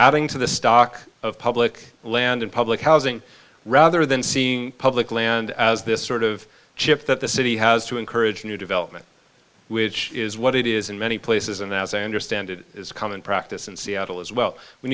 adding to the stock of public land and public housing rather than seeing public land as this sort of chip that the city has to encourage new development which is what it is in many places and as i understand it is a common practice in seattle as well we